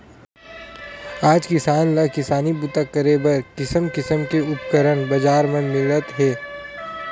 आज किसान ल किसानी बूता करे बर किसम किसम के उपकरन बजार म मिलत हे